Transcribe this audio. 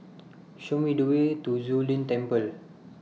Show Me The Way to Zu Lin Temple